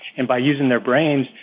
and by using their brains,